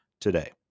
today